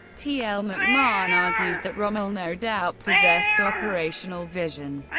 t l mcmahon argues that rommel no doubt possessed operational vision,